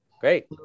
Great